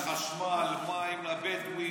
אושר חשמל, מים לבדואים,